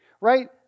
right